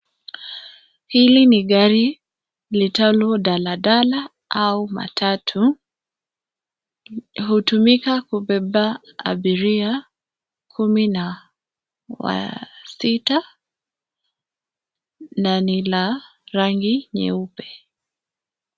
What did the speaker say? Hili ni gari liitwalo daladala au matatu. Hutumika kubeba abiria kumi na sita na ni la rangi nyeupe.